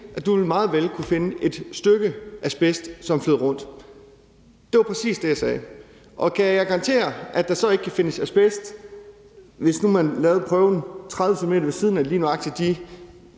at du meget vel ville kunne finde et stykke asbest, som flød rundt. Det var præcis det, jeg sagde. Kan jeg garantere, at der så ikke kan findes asbest, hvis nu man lavede prøven 30 cm ved siden af lige